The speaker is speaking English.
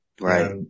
Right